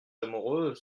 amoureux